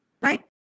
right